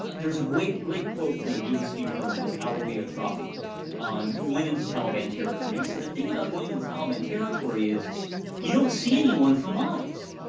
there's a great, great quote from a bbc journalist auliya atrafi um who went into taliban territory, and he said, the thing about going into the taliban territory is you don't see anyone for miles.